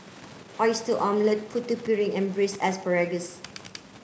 oyster omelette Putu Piring and braise asparagus